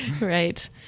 Right